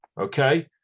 Okay